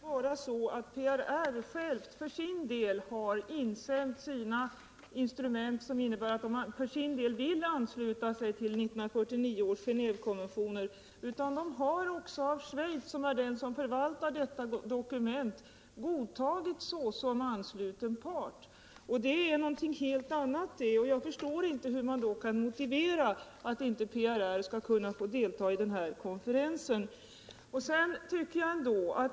Herr talman! Det är inte bara så att PRR själv har insänt de instrument som innebär att PRR för sin del vill ansluta sig till 1949 års Genévekonvention, utan PRR har också av Schweiz, som förvaltar dessa dokument, godtagits som ansluten part. Det är någonting helt annat. Jag förstår inte hur man då kan motivera att PRR inte skulle få delta i denna konferens.